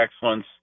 excellence